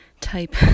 type